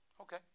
Okay